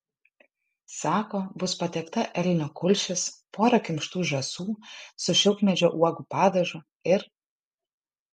sako bus patiekta elnio kulšis pora kimštų žąsų su šilkmedžio uogų padažu ir